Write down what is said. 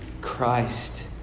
Christ